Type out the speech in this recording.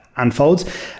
unfolds